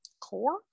core